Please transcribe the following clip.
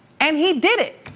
and he did it.